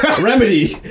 remedy